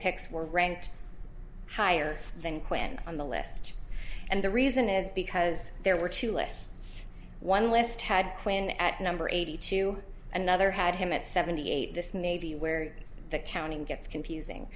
picks were ranked higher than quinn on the list and the reason is because there were two lists one list had when at number eighty two another had him at seventy eight this may be where the counting gets confusing